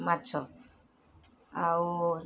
ମାଛ ଆଉ